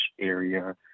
area